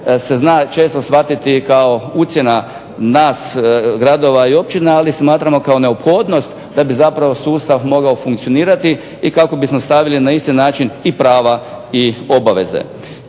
se zna često shvatiti i kao ucjena nas gradova i općina, ali smatramo kao neophodnost da bi zapravo sustav mogao funkcionirati i kako bismo stavili na isti način i prava i obaveze.